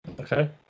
Okay